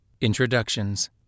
Introductions